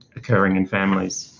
occurring in families.